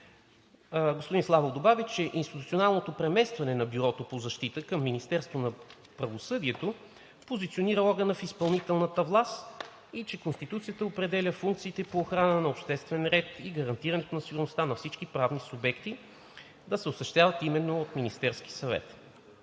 Господин Славов добави, че институционалното преместване на Бюрото по защита в Министерството на правосъдието позиционира органа в изпълнителната власт и че Конституцията определя функциите по охрана на обществения ред и гарантирането на сигурността на всички правни субекти да се осъществяват именно от Министерския съвет.